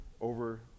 over